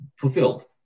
fulfilled